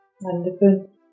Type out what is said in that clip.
Wonderful